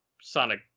Sonic